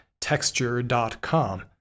texture.com